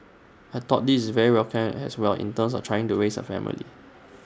I thought this is very welcome as well in terms of trying to raise A family